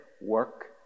work